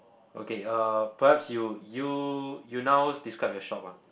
okay uh perhaps you you you now describe your shop ah